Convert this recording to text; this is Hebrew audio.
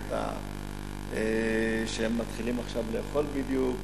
הם מתחילים עכשיו בדיוק